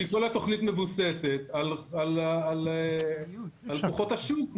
כי כל התכנית מבוססת על כוחות השוק.